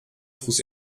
fuß